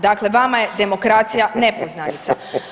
Dakle, vama je demokracija nepoznanica.